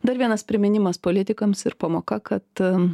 dar vienas priminimas politikams ir pamoka kad